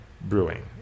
Brewing